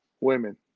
women